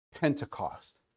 Pentecost